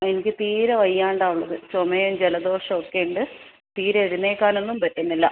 അ എനിക്ക് തീരെ വയ്യാതെ ആവുന്നുണ്ട് ചുമയും ജലദോഷവും ഒക്കെ ഉണ്ട് തീരെ എഴുന്നേൽക്കാനൊന്നും പറ്റുന്നില്ല